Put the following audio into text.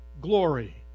glory